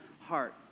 heart